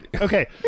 Okay